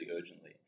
urgently